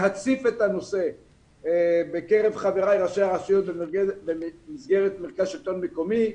להציף את הנושא בקרב חבריי ראשי הרשויות במסגרת מרכז השלטון המקומי.